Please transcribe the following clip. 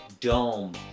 dome